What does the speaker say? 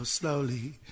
Slowly